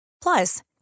Plus